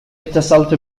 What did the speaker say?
اتصلت